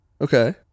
Okay